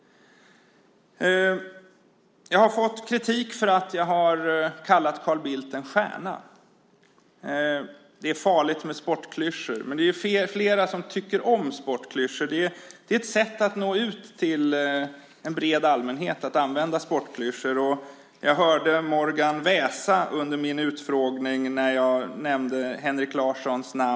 Jag har fått kritik för att jag har kallat Carl Bildt en stjärna. Det är farligt med sportklyschor, men det är flera som tycker om sportklyschor. Att använda sportklyschor är ett sätt att nå ut till en bred allmänhet. Jag hörde Morgan väsa under min utfrågning när jag nämnde Henrik Larssons namn.